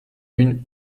une